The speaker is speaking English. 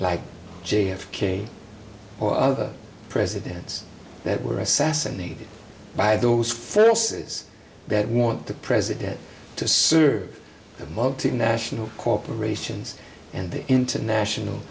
like j f k or other presidents that were assassinated by those first says that want the president to serve the multinational corporations and the international